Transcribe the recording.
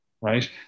right